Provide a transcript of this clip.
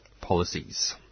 policies